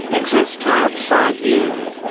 exist outside you.